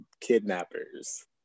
kidnappers